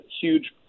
huge